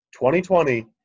2020